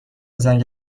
زنگ